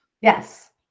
Yes